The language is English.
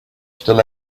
still